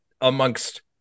amongst